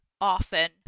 often